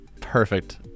Perfect